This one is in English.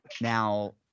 Now